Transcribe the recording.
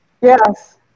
Yes